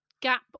gap